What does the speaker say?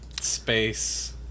Space